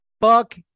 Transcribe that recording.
fuck